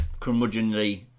curmudgeonly